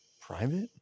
Private